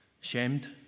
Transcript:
shamed